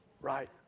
Right